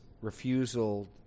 refusal